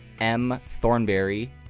mthornberry